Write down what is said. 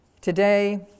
Today